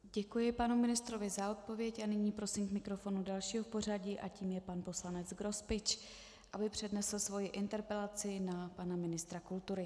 Děkuji panu ministrovi za odpověď a nyní prosím k mikrofonu dalšího v pořadí a tím je pan poslanec Grospič, aby přednesl svoji interpelaci na pana ministra kultury.